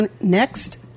next